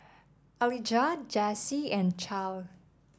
Elijah Jase and Charle